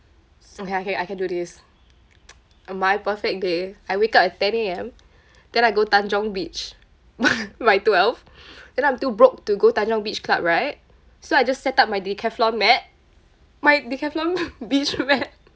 okay okay I can do this uh my perfect day I wake up at ten A_M then I go tanjong beach by twelve then I'm too broke to go tanjong beach club right so I just set up my decathlon mat my decathlon beach mat